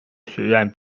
学院